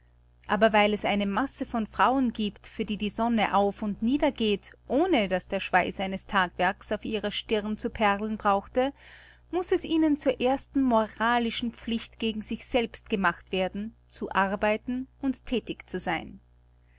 aber weil es eine masse von frauen gibt für die die sonne auf und niedergeht ohne daß der schweiß eines tagwerks auf ihrer stirn zu perlen brauchte muß es ihnen zur ersten moralischen pflicht gegen sich selbst gemacht werden zu arbeiten und thätig zu sein